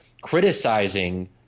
criticizing